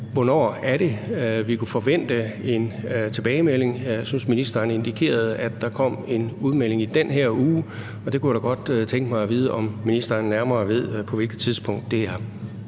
Hvornår er det, vi kan forvente en tilbagemelding? Jeg synes, ministeren indikerede, at der kom en udmelding i den her uge, og der kunne jeg da godt tænke mig at vide, om ministeren ved noget nærmere om, på hvilket tidspunkt det er.